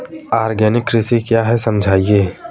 Organic कृषि क्या है समझाइए?